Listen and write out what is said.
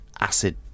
acid